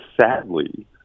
sadly